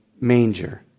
manger